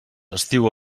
estiu